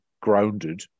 grounded